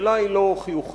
השאלה היא לא חיוכים,